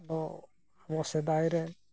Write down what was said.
ᱫᱚ ᱟᱵᱚ ᱥᱮᱫᱟᱭ ᱨᱮ